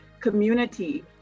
community